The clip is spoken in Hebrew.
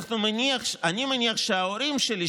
אני מניח שההורים שלי,